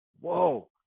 Whoa